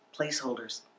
placeholders